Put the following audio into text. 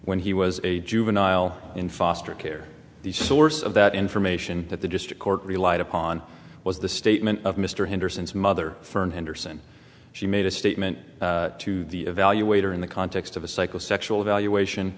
when he was a juvenile in foster care the source of that information that the district court relied upon was the statement of mr henderson's mother fern henderson she made a statement to the evaluator in the context of a psychosexual evaluation